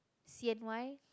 C_N_Y